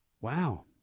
Wow